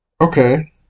Okay